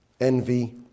envy